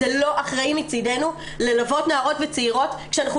זה לא אחראי מצדנו ללוות נערות וצעירות כשאנחנו